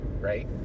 right